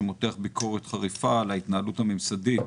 שמותח ביקורת חריפה על ההתנהלות הממסדית